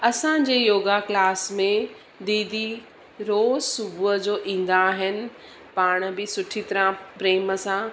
असांजे योगा क्लास में दीदी रोज़ु सुबुह जो ईंदा आहिनि पाण बि सुठी तरह प्रेम सां